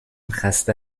خسته